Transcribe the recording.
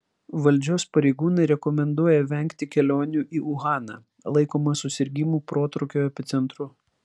valdžios pareigūnai rekomenduoja vengti kelionių į uhaną laikomą susirgimų protrūkio epicentru